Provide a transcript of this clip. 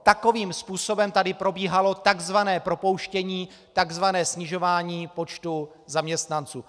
Takovým způsobem tady probíhalo tzv. propouštění, tzv. snižování počtu zaměstnanců.